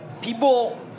People